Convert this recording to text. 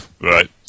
Right